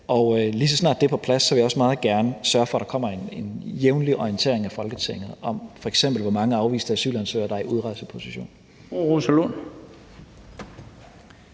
Og lige så snart det er på plads, vil jeg også meget gerne sørge for, at der kommer en jævnlig orientering af Folketinget om, f.eks. hvor mange afviste asylansøgere der er i udrejseposition.